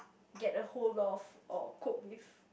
get a hold of or cope with